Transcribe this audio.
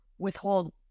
withhold